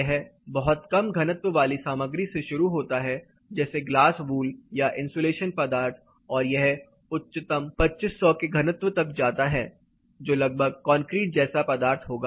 यह बहुत कम घनत्व वाली सामग्री से शुरू होता है जैसे ग्लास वूल या इंसुलेशन पदार्थ और यह उच्चतम 2500 के घनत्व तक जाता है जो लगभग कंक्रीट जैसा पदार्थ होगा